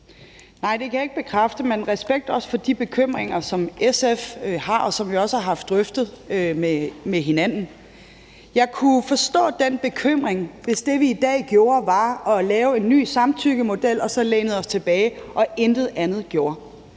Nej, det kan jeg ikke bekræfte, men respekt for de bekymringer, som SF har, og som vi også har haft drøftet med hinanden. Jeg kunne forstå den bekymring, hvis det, vi i dag gjorde, var at lave en ny samtykkemodel og vi så lænede os tilbage og intet andet gjorde.